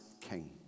king